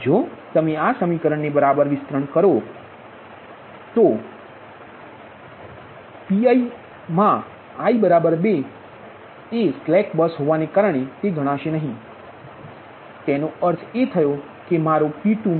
હવે તમે આ સમીકરણ ને બરાબર વિસ્તૃત કરો જો તમે સમીકરણ ને વિસ્તારશો તો Pi મા i 2 હોવાને કારણ બસ 1 એ એક સ્લેક બસ છે